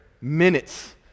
minutes